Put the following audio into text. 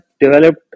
developed